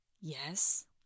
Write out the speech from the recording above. Yes